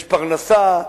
יש פרנסה,